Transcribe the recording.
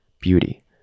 beauty